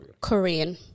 Korean